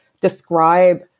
describe